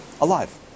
alive